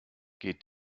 geht